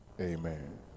Amen